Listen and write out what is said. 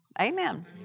Amen